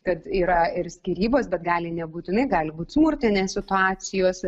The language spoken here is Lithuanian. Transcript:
kad yra ir skyrybos bet gali nebūtinai gali būti smurtinės situacijos